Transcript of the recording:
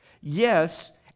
Yes